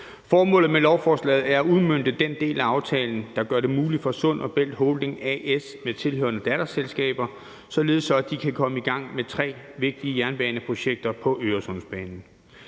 Formålet med lovforslaget er at udmønte den del af aftalen, der gør det muligt for Sund & Bælt Holding A/S med tilhørende datterselskaber at komme i gang med tre vigtige jernbaneprojekter på Øresundsbanen.